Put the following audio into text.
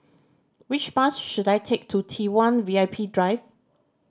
which bus should I take to T One V I P Drive